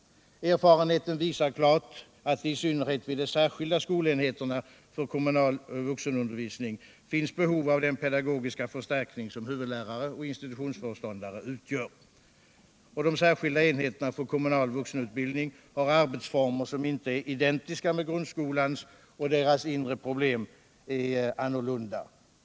Erfarenheten visar klart att det i synnerhet vid de särskilda skolenheterna för kommunal vuxenundervisning finns behov av den pedagogiska förstärkning som huvudlärare och institutionsföreståndare utgör. De särskilda enheterna för kommunal vuxenutbildning har arbetsformer som inte är identiska med grundskolans, och deras inre problem är annorlunda.